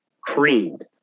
creamed